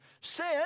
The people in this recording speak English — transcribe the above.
Sin